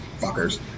fuckers